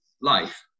life